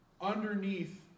underneath